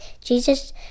Jesus